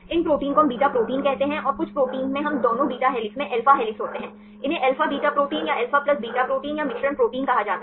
इन प्रोटीनों को हम बीटा प्रोटीन कहते हैं और कुछ प्रोटीनों में हम दोनों बीटा हेलिक्स में अल्फा हेलिक्स होते हैं इन्हें अल्फा बीटा प्रोटीन या अल्फा प्लस बीटा प्रोटीन या मिश्रण प्रोटीन कहा जाता है